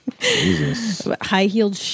High-heeled